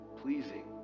pleasing